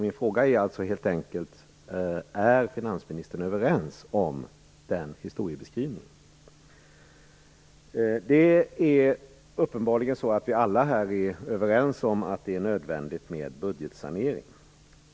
Min fråga blir helt enkelt: Är vi, finansministern, överens om den historiebeskrivningen? Uppenbarligen är vi alla här överens om att det är nödvändigt med budgetsanering.